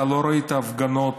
אתה לא ראית הפגנות